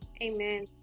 Amen